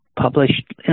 published